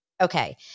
okay